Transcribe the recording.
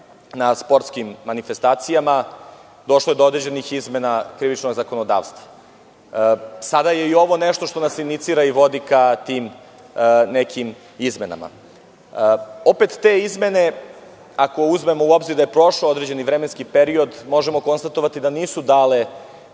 na sportskim manifestacijama, došlo je do određenih izmena krivičnog zakonodavstva. Sada je i ovo nešto što nas inicira i vodi ka tim nekim izmenama. Opet te izmene, ako uzmemo u obzir da je prošao određeni vremenski period, možemo konstatovati da nisu dale